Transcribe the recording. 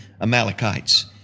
Amalekites